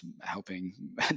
helping